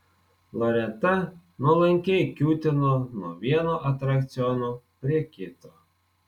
loreta nuolankiai kiūtino nuo vieno atrakciono prie kito